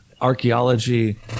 archaeology